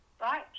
right